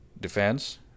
Defense